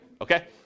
Okay